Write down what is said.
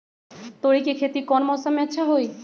तोड़ी के खेती कौन मौसम में अच्छा होई?